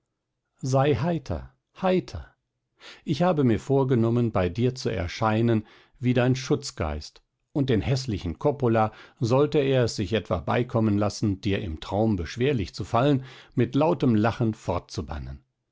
sei heiter heiter ich habe mir vorgenommen bei dir zu erscheinen wie dein schutzgeist und den häßlichen coppola sollte er es sich etwa beikommen lassen dir im traum beschwerlich zu fallen mit lautem lachen